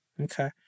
Okay